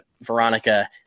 Veronica